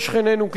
תודה רבה.